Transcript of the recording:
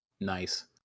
nice